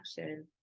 action